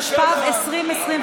התשפ"ב 2021,